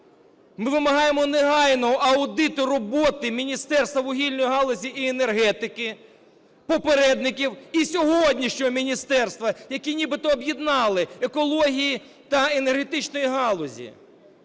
Ми вимагаємо негайного аудиту роботи Міністерства вугільної галузі і енергетики попередників і сьогоднішнього міністерства, які нібито об'єднали, екології та енергетичної галузі.